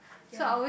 ya